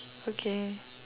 okay